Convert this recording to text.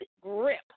grip